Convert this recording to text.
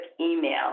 email